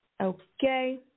okay